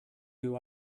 you